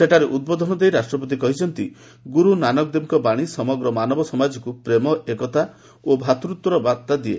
ସେଠାରେ ଉଦ୍ବୋଧନ ଦେଇ ରାଷ୍ଟ୍ରପତି କହିଛନ୍ତି ଗୁରୁ ନାନକଦେବଙ୍କ ବାଣୀ ସମଗ୍ର ମାନବ ସମାଜକୁ ପ୍ରେମ ଏକତା ଓ ଭାତୃତ୍ୱଭାବର ବାର୍ତ୍ତା ଦିଏ